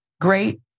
great